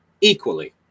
equally